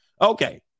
Okay